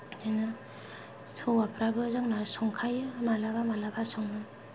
बिदिनो हौवाफ्राबो जोंना संखायो मालाबा मालाबा सङो